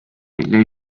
les